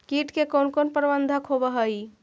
किट के कोन कोन प्रबंधक होब हइ?